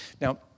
now